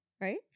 right